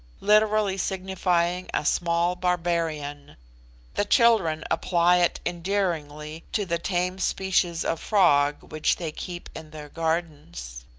literally signifying a small barbarian the children apply it endearingly to the tame species of frog which they keep in their gardens.